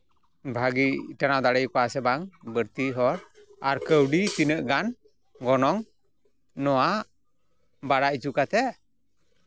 ᱵᱷᱟᱹᱜᱤ ᱴᱟᱱᱟᱣ ᱫᱟᱲᱮ ᱟᱠᱚᱣᱟ ᱥᱮ ᱵᱟᱝ ᱵᱟᱹᱲᱛᱤ ᱦᱚᱲ ᱟᱨ ᱠᱟᱹᱣᱰᱤ ᱛᱤᱱᱟᱹᱜ ᱜᱟᱱ ᱜᱚᱱᱚᱝ ᱱᱚᱣᱟ ᱵᱟᱲᱟᱭ ᱦᱚᱪᱚ ᱠᱟᱛᱮᱫ